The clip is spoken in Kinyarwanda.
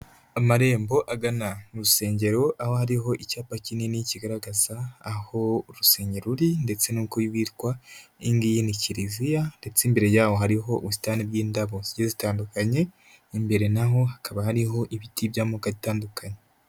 Amarembo agana mu rusengero, aho hariho icyapa kinini kigaragaza aho urusengero ruri ndetse n'uko rwitwa, iyi ngiyi ni kiriziya, ndetse imbere yaho hariho ubusitani bw'indabo zigiye zitandukanye, imbere na ho hakaba hariho ibiti by'amoko atandukanye.